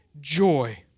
joy